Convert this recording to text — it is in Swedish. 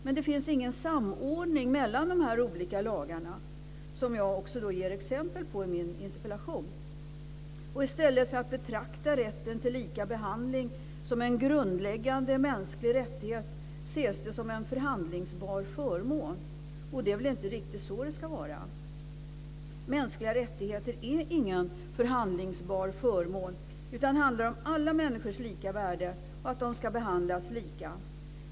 Men det finns ingen samordning mellan de olika lagarna, som jag också ger exempel på i min interpellation. I stället för att betrakta rätten till lika behandling som en grundläggande mänsklig rättighet ses det som en förhandlingsbar förmån, och det är väl inte riktigt så det ska vara. Mänskliga rättigheter är ingen förhandlingsbar förmån. Det handlar om alla människors lika värde, och att alla ska behandlas lika.